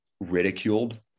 ridiculed